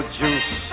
juice